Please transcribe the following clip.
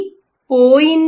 7 e 0